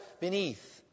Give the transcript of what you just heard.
beneath